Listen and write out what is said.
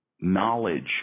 knowledge